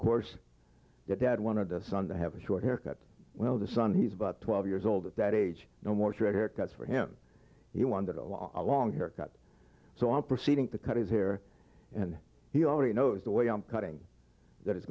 course that dad wanted a son to have a short haircut well the son he's about twelve years old at that age no more trade haircuts for him he wanted a long long hair cut so i'm proceeding to cut his hair and he already knows the way i'm cutting that i